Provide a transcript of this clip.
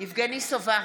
יבגני סובה,